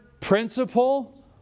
principle